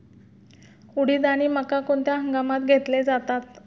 उडीद आणि मका कोणत्या हंगामात घेतले जातात?